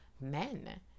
men